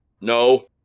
No